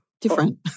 Different